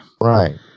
right